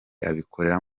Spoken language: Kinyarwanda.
abikorera